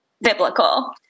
biblical